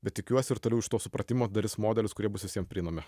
bet tikiuosi ir toliau iš to supratimo darys modelius kurie bus visiem prieinami